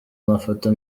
amafoto